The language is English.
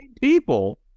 people